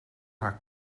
haar